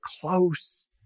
close